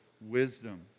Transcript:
wisdom